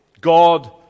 God